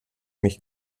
mich